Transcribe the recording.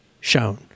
shown